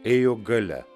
ėjo galia